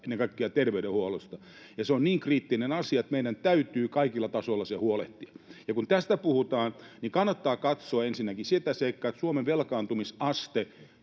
ennen kaikkea terveydenhuollosta, ja se on niin kriittinen asia, että meidän täytyy kaikilla tasoilla siitä huolehtia. Kun tästä puhutaan, niin kannattaa katsoa ensinnäkin sitä seikkaa, että Suomen velkaantumisaste